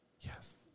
Yes